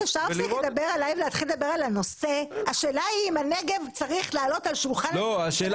אתה לא יכול עכשיו להביע את עמדת הנשיאות כשנשלח לכאן חבר נשיאות